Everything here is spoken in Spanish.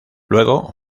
luego